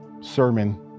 sermon